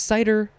Cider